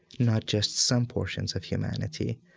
not just some portions of humanity,